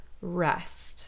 rest